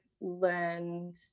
learned